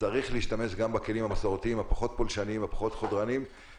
צריך להשתמש גם בכלים המסורתיים הפחות פולשניים ופחות חודרניים.